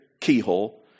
keyhole